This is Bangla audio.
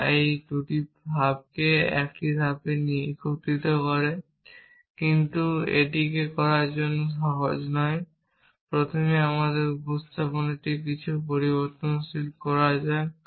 যা এই 2টি ধাপকে 1 ধাপে একত্রিত করে কিন্তু এটিকে আমাদের জন্য সহজ করার জন্য প্রথমে আমাদের উপস্থাপনাটিকে কিছুটা পরিবর্তন করা যাক